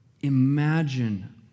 imagine